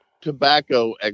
tobacco